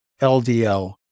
LDL